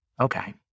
Okay